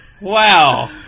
Wow